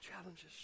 Challenges